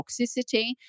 toxicity